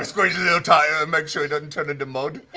so you know to ah make sure he doesn't turn into mud.